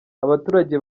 abaturage